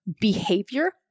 behavior